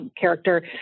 character